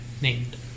Named